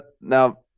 now